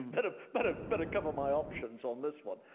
better better better cover my options on this one.